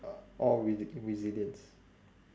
o~ or reli~ resilience